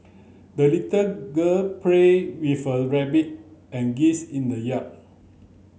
the little girl played with her rabbit and geese in the yard